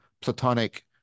platonic